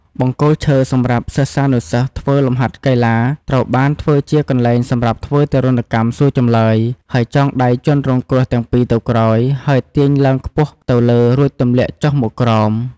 បង្គោលឈើសំរាប់សិស្សានុសិស្សធ្វើលំហាត់កីឡា ត្រូវបានធ្វើជាកន្លែងសំរាប់ធ្វើទារុណកម្មសួរចម្លើយ ដោយចងដៃជនរងគ្រោះទាំងពីរទៅក្រោយហើយទាញឡើងខ្ពស់ទៅលើរួចទំលាក់ចុះមកក្រោម។